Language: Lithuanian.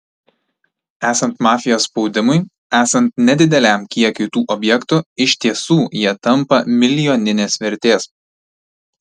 esant mafijos spaudimui esant nedideliam kiekiui tų objektų iš tiesų jie tampa milijoninės vertės